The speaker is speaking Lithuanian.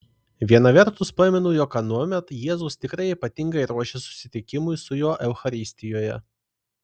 viena vertus pamenu jog anuomet jėzus tikrai ypatingai ruošė susitikimui su juo eucharistijoje